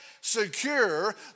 secure